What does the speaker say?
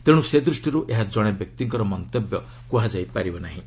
ତେଣୁ ସେ ଦୃଷ୍ଟିର୍ ଏହା ଜଣେ ବ୍ୟକ୍ତିଙ୍କର ମନ୍ତବ୍ୟ କୁହାଯାଇ ପାରିବ ନାହିଁ